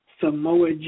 Samoa